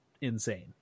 insane